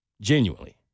genuinely